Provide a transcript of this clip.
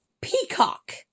Peacock